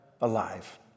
alive